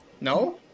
No